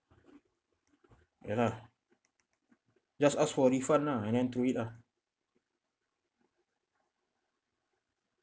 ya lah just ask for refund lah and then throw it lah